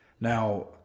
Now